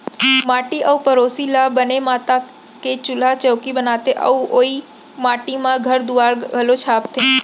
माटी अउ पेरोसी ल बने मता के चूल्हा चैकी बनाथे अउ ओइ माटी म घर दुआर घलौ छाबथें